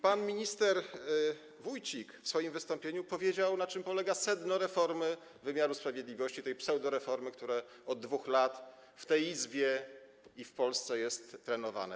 Pan minister Wójcik w swoim wystąpieniu powiedział, na czym polega sedno reformy wymiaru sprawiedliwości, tej pseudoreformy, która od 2 lat w tej Izbie i w Polsce jest trenowana.